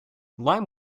lime